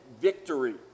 victory